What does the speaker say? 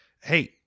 Hey